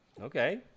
Okay